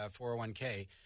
401k